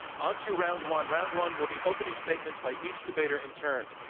on to round one. round one will be opening statements by each debater in turn.